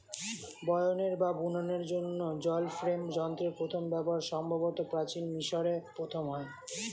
বয়নের বা বুননের জন্য জল ফ্রেম যন্ত্রের প্রথম ব্যবহার সম্ভবত প্রাচীন মিশরে প্রথম হয়